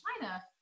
China